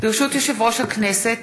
ברשות יושב-ראש הכנסת,